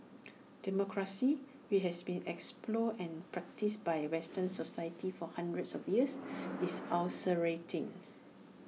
democracy which has been explored and practised by western societies for hundreds of years is ulcerating